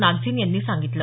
नागझीन यांनी सांगितलं